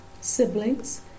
Siblings